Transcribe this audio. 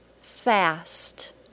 fast